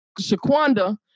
Shaquanda